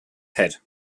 head